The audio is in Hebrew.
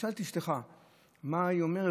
תשאל את אשתך מה היא אומרת.